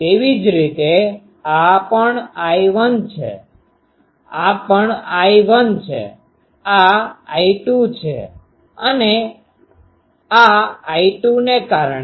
તેવી જ રીતે આ પણ I1 છે આ પણ I1 છે આ I2 છે અને આ I2 ને કારણે